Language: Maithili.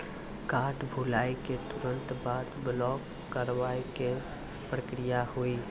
कार्ड भुलाए के तुरंत बाद ब्लॉक करवाए के का प्रक्रिया हुई?